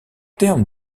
terme